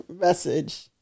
message